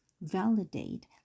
validate